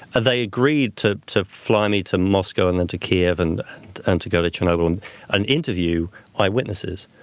they agreed to to fly me to moscow and then to kiev and and to go to chernobyl and and interview eye witnesses.